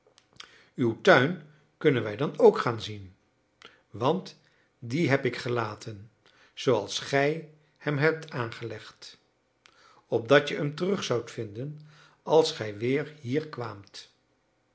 uw tuin kunnen wij dan ook gaan zien want dien heb ik gelaten zooals gij hem hebt aangelegd opdat je hem terug zoudt vinden als gij weer hier kwaamt